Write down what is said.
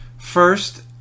First